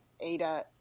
Ada